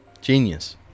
Genius